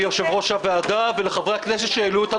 הישיבה ננעלה בשעה 12:20.